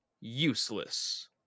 Useless